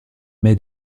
mai